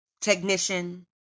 technician